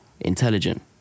intelligent